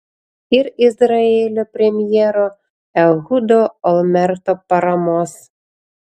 ir izraelio premjero ehudo olmerto paramos